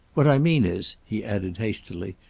what i mean is, he added hastily,